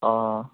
অঁ